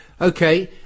Okay